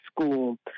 school